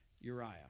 Uriah